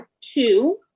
two